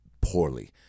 Poorly